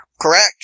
Correct